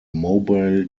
mobile